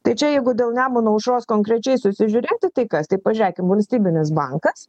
tai čia jeigu dėl nemuno aušros konkrečiai susižiurėti tai kas tai pažėkim valstybinis bankas